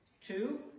two